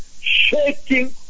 shaking